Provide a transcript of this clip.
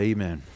Amen